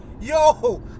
Yo